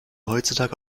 heutzutage